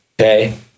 okay